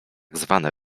tzw